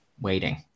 waiting